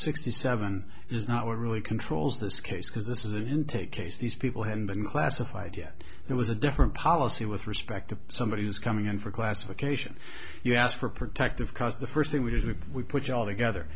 sixty seven is not what really controls this case because this is an intake case these people had been classified yet there was a different policy with respect to somebody who's coming in for classification you asked for protective cause the first thing we did was we put it all together